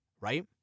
Right